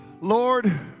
Lord